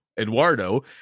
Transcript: Eduardo